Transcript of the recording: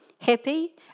happy